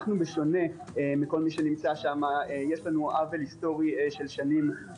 בשונה מכל הנמצא שם - יש לנו עוול היסטורי שלך שנים